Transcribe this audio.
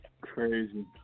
crazy